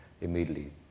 immediately